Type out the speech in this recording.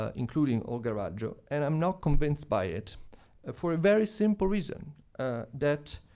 ah including olga raggio. and i'm not convinced by it for a very simple reason that,